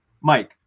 Mike